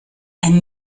ein